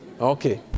Okay